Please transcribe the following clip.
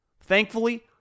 Thankfully